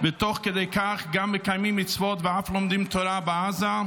ותוך כדי כך גם מקיימים מצוות ואף לומדים תורה בעזה,